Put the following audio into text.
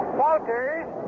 falters